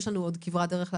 ויש לנו עוד כברת דרך לעשות.